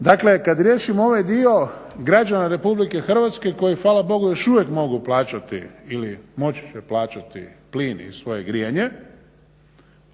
dakle, kada riješimo ovaj dio, građana Republike Hrvatske koji hvala Bogu još uvijek mogu plaćati ili moći će plaćati plin i svoje grijanje